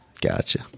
gotcha